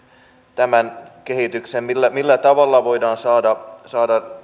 tämän kehityksen millä millä tavalla voidaan saada saada